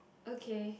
okay